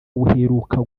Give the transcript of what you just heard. uheruka